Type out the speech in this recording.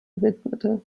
widmete